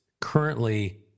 currently